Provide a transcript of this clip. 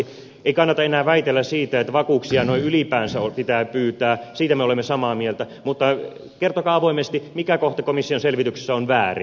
ei kannata enää väitellä siitä että vakuuksia noin ylipäänsä pitää pyytää siitä me olemme samaa mieltä mutta kertokaa avoimesti mikä kohta komission selvityksessä on väärin